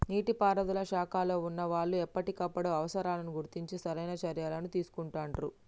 నీటి పారుదల శాఖలో వున్నా వాళ్లు ఎప్పటికప్పుడు అవసరాలను గుర్తించి సరైన చర్యలని తీసుకుంటాండ్రు